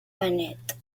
benet